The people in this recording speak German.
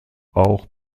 auch